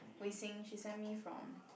wee-sing she send me from